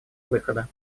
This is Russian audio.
выхода